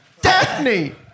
Daphne